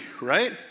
right